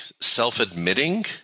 self-admitting